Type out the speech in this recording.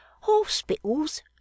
hospitals